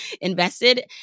invested